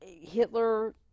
Hitler